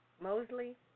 Mosley